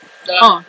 ah